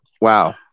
wow